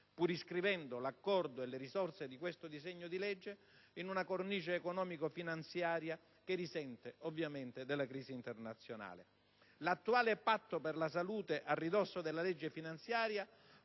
pur iscrivendo l'accordo e le risorse di questo disegno di legge in una cornice economico-finanziaria che risente, ovviamente, della crisi internazionale. L'attuale Patto per la salute a ridosso della legge finanziaria